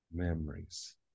Memories